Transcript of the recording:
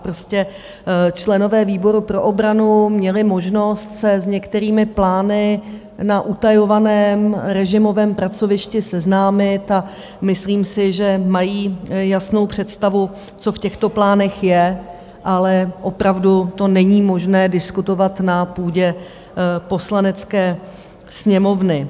Prostě členové výboru pro obranu měli možnost se s některými plány na utajovaném režimovém pracovišti seznámit a myslím si, že mají jasnou představu, co v těchto plánech je, ale opravdu to není možné diskutovat na půdě Poslanecké sněmovny.